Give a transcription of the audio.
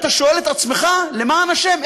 ואתה שואל את עצמך: למען השם,